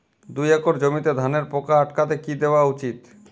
দুই একর জমিতে ধানের পোকা আটকাতে কি দেওয়া উচিৎ?